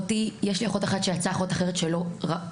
יש לי אחות אחת שיצאה ואחות אחרת שלא יצאה.